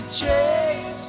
chains